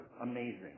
amazing